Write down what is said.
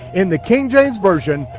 in the king james version,